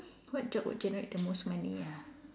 what job would generate the most money ah